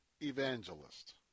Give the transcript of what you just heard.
evangelist